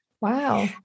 wow